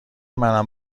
منم